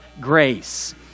grace